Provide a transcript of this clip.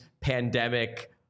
pandemic